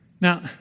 Now